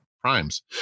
Primes